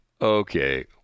okay